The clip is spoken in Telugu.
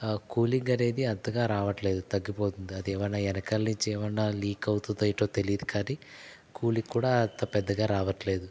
ఆ కూలింగ్ అనేది అంతగా రావట్లేదు తగ్గిపోతుంది అది ఏమైన వెనకాల్నించి ఏమన్న లీక్ అవుతుందో ఏంటో తెలీదు కానీ కూలింగ్ కూడా అంత పెద్దగా రావట్లేదు